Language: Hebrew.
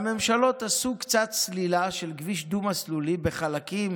הממשלות עשו קצת סלילה של כביש דו-מסלולי בחלקים